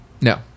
No